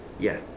ya